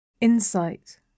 Insight